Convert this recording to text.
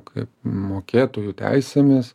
kaip mokėtojų teisėmis